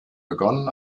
begonnen